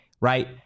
right